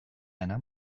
ana